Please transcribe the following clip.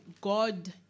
God